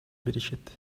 беришет